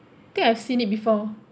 think I've seen it before